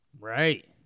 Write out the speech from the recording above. right